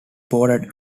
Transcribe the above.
bordered